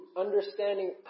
understanding